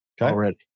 already